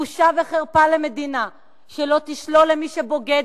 בושה וחרפה למדינה שלא תשלול למי שבוגד